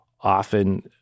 often